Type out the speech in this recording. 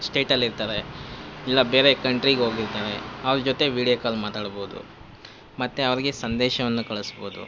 ಸ್ಟೇಟಲ್ಲಿರ್ತರೆ ಇಲ್ಲ ಬೇರೆ ಕಂಟ್ರಿಗೋಗಿರ್ತರೆ ಅವ್ರ ಜೊತೆ ವೀಡಿಯೋ ಕಾಲ್ ಮಾತಾಡ್ಬೋದು ಮತ್ತು ಅವ್ರಿಗೆ ಸಂದೇಶವನ್ನು ಕಳಿಸ್ಬೋದು